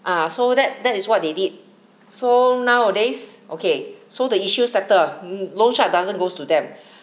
ah so that that is what they did so nowadays okay so the issues settle lo~ loan shark doesn't goes to them